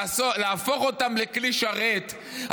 להפוך אותם לכלי שרת,